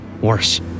worse